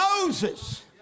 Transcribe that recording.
Moses